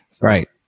Right